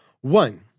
One